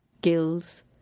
gills